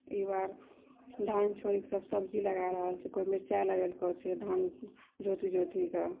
ई बार धान छोड़ि सब सब्जी लगाए रहल छै कोइ मिर्चाइ लगेलकौ धान जोति जोति कऽ